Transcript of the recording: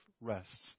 rests